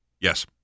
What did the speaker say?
Yes